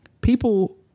People